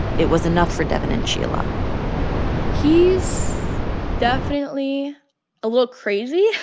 it was enough for devyn and sheila he's definitely a little crazy.